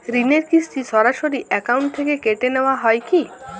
ঋণের কিস্তি সরাসরি অ্যাকাউন্ট থেকে কেটে নেওয়া হয় কি?